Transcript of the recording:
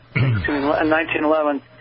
1911